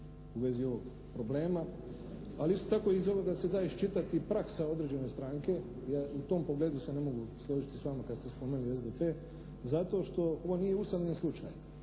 u vezi ovog problema, ali isto tako iz ovoga se da iščitati i praksa određene stranke, ja u tom pogledu se ne mogu složiti s vama kad ste spomenuli SDP, zato što ovo nije usamljen slučaj.